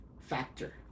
factor